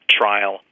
trial